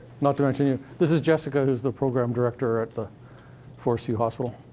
not to mention you. this is jessica, who's the program director at the forest view hospital.